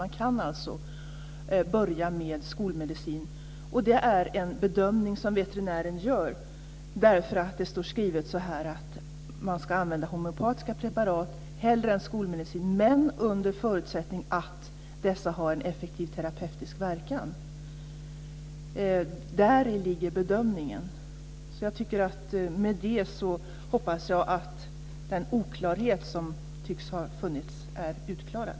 Man kan börja med skolmedicin. Det är en bedömning som veterinären gör, eftersom det står skrivet att man ska använda homeopatiska preparat hellre än skolmedicin men under förutsättning att dessa har en effektiv terapeutisk verkan. Däri ligger bedömningen. Med detta hoppas jag att den oklarhet som tycks ha funnits är utklarad.